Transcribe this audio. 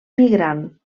migrant